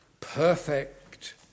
perfect